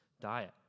diet